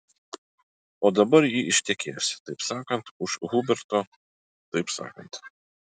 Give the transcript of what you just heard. o dabar ji ištekės taip sakant už huberto taip sakant